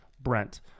Brent